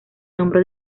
nombró